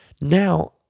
Now